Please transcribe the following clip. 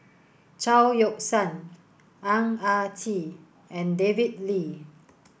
Chao Yoke San Ang Ah Tee and David Lee